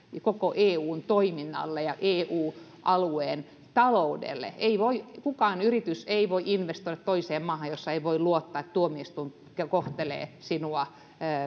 koko eun toiminnalle ja eu alueen taloudelle mikään yritys ei voi investoida toiseen maahan jossa ei voi luottaa että tuomioistuin kohtelee sinua